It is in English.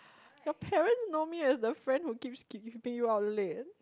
your parent know me as the friend who keeps keeping you out late